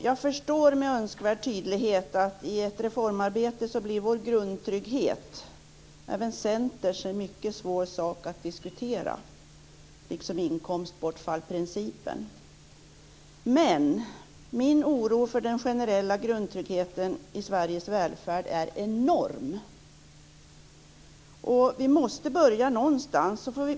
Jag förstår med önskvärd tydlighet att i ett reformarbete blir grundtrygghet en svår sak att diskutera, liksom inkomstbortfallsprincipen. Min oro för den generella grundtryggheten i Sveriges välfärd är enorm. Vi måste börja någonstans.